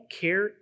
care